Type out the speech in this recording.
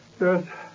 Yes